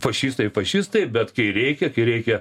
fašistai fašistai bet kai reikia kai reikia